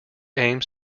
aims